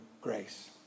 grace